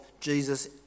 Jesus